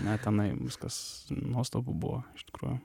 na tenai viskas nuostabu buvo iš tikrųjų